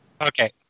Okay